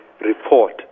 report